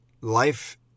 life